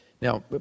Now